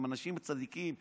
הם אנשים צדיקים,